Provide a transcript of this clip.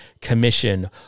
Commission